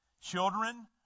Children